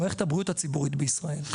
הבריאות הציבורית בישראל.